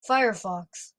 firefox